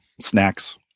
Snacks